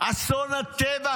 אסון הטבח,